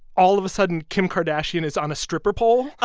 all of a sudden, kim kardashian is on a stripper pole ah